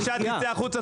בבקשה תצא החוצה,